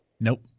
Nope